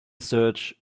search